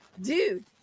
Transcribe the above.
dude